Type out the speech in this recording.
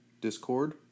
Discord